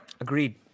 Agreed